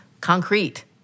concrete